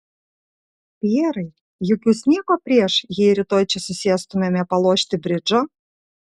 pjerai juk jūs nieko prieš jei rytoj čia susėstumėme palošti bridžo